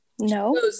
no